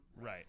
Right